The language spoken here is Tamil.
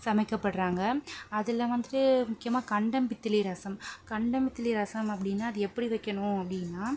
சமைக்கப்படுறாங்க அதில் வந்துவிட்டு முக்கியமாக கண்டம்பித்திலி ரசம் கண்டம்பித்திலி ரசம் அப்படினா அது எப்படி வெக்கணும் அப்படின்னா